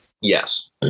yes